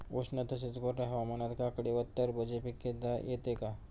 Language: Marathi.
उष्ण तसेच कोरड्या हवामानात काकडी व टरबूज हे पीक घेता येते का?